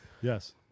Yes